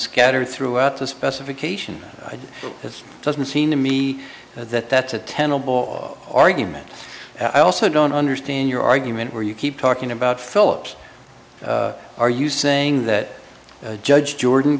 scattered throughout the specification it doesn't seem to me that that's a tenable argument i also don't understand your argument where you keep talking about philips are you saying that judge jordan